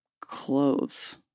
clothes